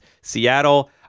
Seattle